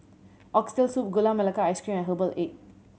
Oxtail Soup Gula Melaka Ice Cream and herbal egg